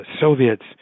Soviets